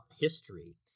history